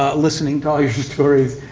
ah listening to all your stories.